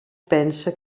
pensa